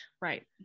Right